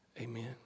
Amen